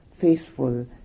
faithful